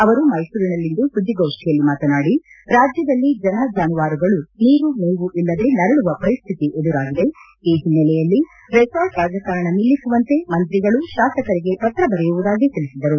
ಅವರು ಮೈಸೂರಿನಲ್ಲಿಂದು ಸುದ್ದಿಗೋಷ್ಠಿಯಲ್ಲಿ ಮಾತನಾದಿ ರಾಜ್ಯದಲ್ಲಿ ಜನ ಜಾನುವಾರುಗಳು ನೀರು ಮೇವು ಇಲ್ಲದೆ ನರಳುವ ಪರಿಸ್ವಿತಿ ಎದುರಾಗಿದೆ ಈ ಹಿನ್ನೆಲೆಯಲ್ಲಿ ರೆಸಾರ್ಟ್ ರಾಜಕಾರಣ ನಿಲ್ಲಿಸುವಂತೆ ಮಂತ್ರಿಗಳು ಶಾಸಕರಿಗೆ ಪತ್ರ ಬರೆಯುವುದಾಗಿ ತಿಳಿಸಿದರು